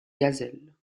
gazelle